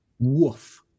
Woof